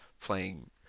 playing